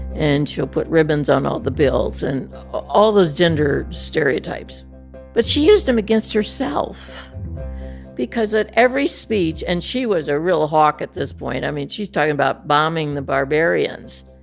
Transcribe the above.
and she'll put ribbons on all the bills and all those gender stereotypes but she used them against herself because at every speech and she was a real hawk at this point. i mean, she's talking about bombing the barbarians,